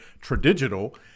tradigital